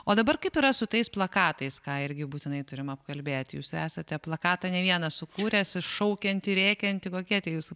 o dabar kaip yra su tais plakatais ką irgi būtinai turim apkalbėt jūs esate plakatą ne vieną sukūręs šaukiantį rėkiantį kokie tie jūsų